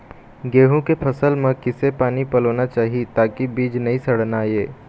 गेहूं के फसल म किसे पानी पलोना चाही ताकि बीज नई सड़ना ये?